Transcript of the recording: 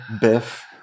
Biff